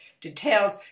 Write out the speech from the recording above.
details